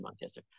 Manchester